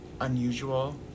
unusual